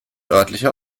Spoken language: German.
örtlicher